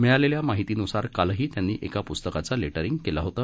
मिळालेल्या माहितीन्सार कालही त्यांनी एका प्स्तकाचे लेटरिंग केले होते